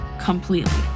completely